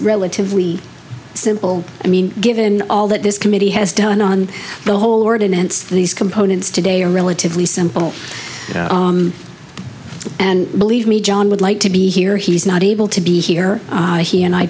relatively simple i mean given all that this committee has done on the whole ordinance these components today are relatively simple and believe me john would like to be here he's not able to be here he and i